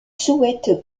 souhaite